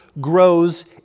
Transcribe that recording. grows